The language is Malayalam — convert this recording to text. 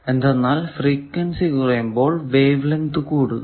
എന്തെന്നാൽ ഫ്രീക്വെൻസി കുറയുമ്പോൾ വേവ് ലെങ്ത് കൂടുന്നു